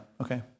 Okay